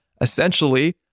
Essentially